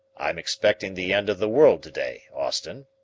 i'm expecting the end of the world to-day, austin.